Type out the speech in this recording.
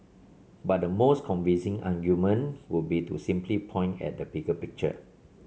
but the most convincing argument would be to simply point at the bigger picture